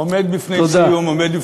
עומד בפני סיום,